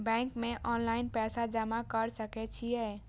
Bank में online पैसा जमा कर सके छीये?